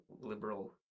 liberal